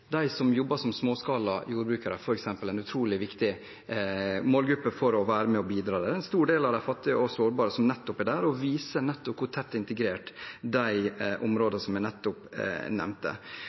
de som jobber som småskalajordbrukere f.eks., en utrolig viktig målgruppe for å være med og bidra. Det er en stor del av de fattige og sårbare som er nettopp det, og det viser hvor tett integrert de områdene som jeg nettopp nevnte,